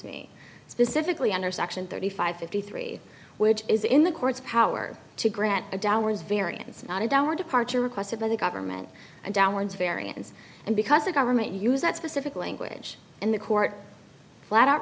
specifically under section thirty five fifty three which is in the court's power to grant a downwards variance not a downward departure requested by the government downwards variance and because the government use that specific language in the court flat out